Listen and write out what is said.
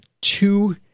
two